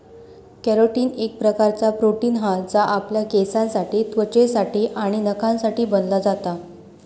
carotene एक प्रकारचा protein हा जा आपल्या केसांसाठी त्वचेसाठी आणि नखांसाठी बनला जाता